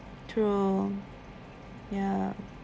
true ya